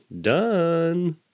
done